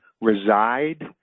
reside